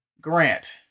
Grant